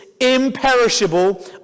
imperishable